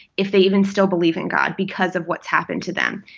if they even still believe in god, because of what's happened to them.